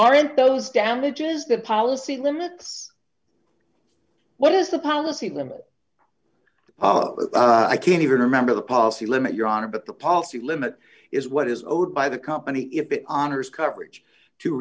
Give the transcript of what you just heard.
aren't those damages the policy limits what is the policy limit i can't even remember the policy limit your honor but the policy limit is what is owed by the company if it honors coverage to